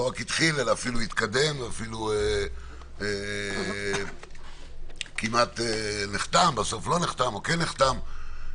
ואף התקדם, כמעט נחתם, בסוף כן נחתם או לא נחתם.